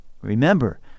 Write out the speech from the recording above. Remember